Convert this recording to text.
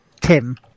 Tim